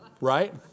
Right